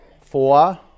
Four